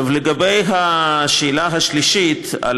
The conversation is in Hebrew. לגבי השאלה השלישית,